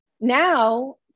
now